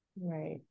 Right